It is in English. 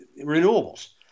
renewables